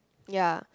ya